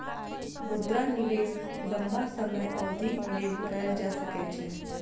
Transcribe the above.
मुद्रा निवेश लम्बा समय अवधिक लेल कएल जा सकै छै